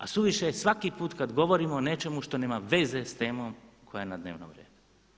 A suviše je svaki put kada govorimo o nečemu što nema veze s temom koja je na dnevnom redu.